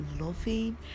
loving